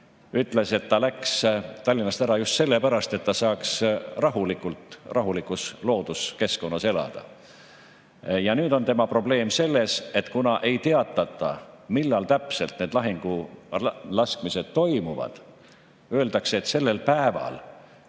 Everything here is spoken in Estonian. ütles, et ta läks Tallinnast ära just sellepärast, et ta saaks rahulikus looduskeskkonnas elada. Nüüd on tema probleem selles, et ei teatata, millal täpselt need lahinglaskmised toimuvad, öeldakse vaid, et sellel päeval.